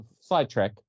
sidetrack